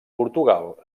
portugal